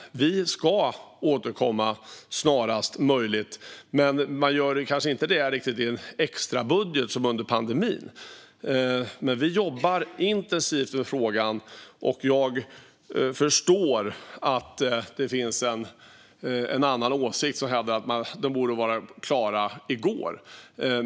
Vi ska återkomma snarast möjligt, men det kanske vi inte ska göra i en extrabudget, som under pandemin. Vi jobbar intensivt med frågan. Jag förstår att det finns en annan åsikt: att etableringsjobben borde ha varit klara i går.